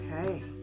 Okay